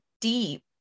deep